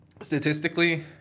statistically